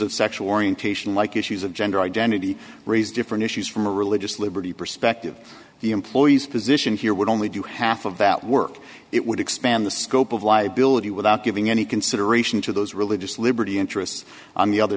of sexual orientation like issues of gender identity raise different issues from a religious liberty perspective the employee's position here would only do half of that work it would expand the scope of liability without giving any consideration to those religious liberty interests on the other